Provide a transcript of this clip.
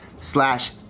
slash